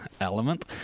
element